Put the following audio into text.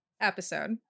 episode